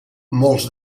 molts